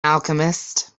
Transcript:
alchemist